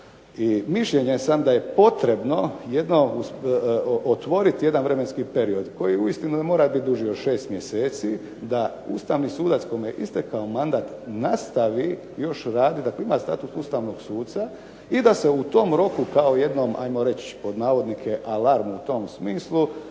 I mišljenja sam da je potrebno otvoriti jedan vremenski period koji uistinu mora biti duži od 6 mjeseci, da ustavni sudac kojem je istekao mandat nastavi još raditi, dakle imam status ustavnog suca i da se u tom roku kao jednom ajmo reći "alarm" u tom smislu